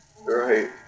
Right